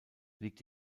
liegt